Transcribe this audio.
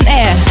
air